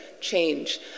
change